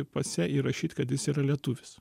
pase įrašyt kad jis yra lietuvis